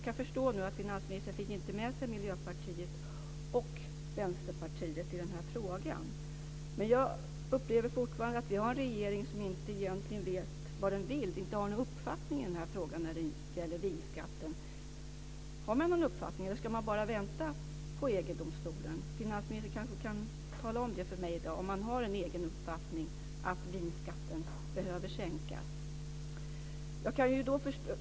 Jag förstår nu att finansministern inte fick med sig Miljöpartiet och Vänsterpartiet i den här frågan. Jag upplever fortfarande att vi har en regering som egentligen inte vet vad den vill och inte har någon uppfattning i frågan om vinskatten. Har man någon uppfattning, eller ska man bara vänta på EG domstolen? Finansministern kanske kan tala om för mig i dag om man har en egen uppfattning om att vinskatten behöver sänkas.